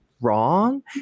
wrong